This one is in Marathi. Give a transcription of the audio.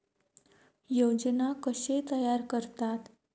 योजना कशे तयार करतात?